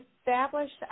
established